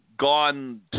Gone